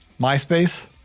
MySpace